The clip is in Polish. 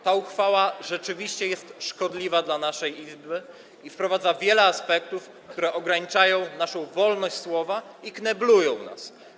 Ta uchwała rzeczywiście jest szkodliwa dla naszej Izby i wprowadza wiele aspektów, które ograniczają naszą wolność słowa i kneblują nas.